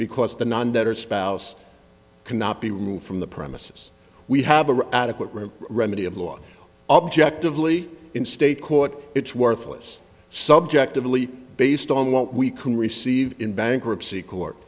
because the non debtor spouse cannot be removed from the premises we have an adequate room remedy of law objectively in state court it's worthless subjectively based on what we can receive in bankruptcy court